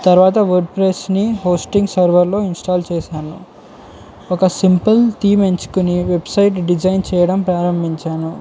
తర్వాత వర్డ్ ప్రెస్ని హోస్టింగ్ సర్వర్లో ఇన్స్టాల్ చేశాను ఒక సింపుల్ థీమ్ ఎంచుకుని వెబ్సైట్ డిజైన్ చేయడం ప్రారంభించాను